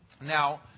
Now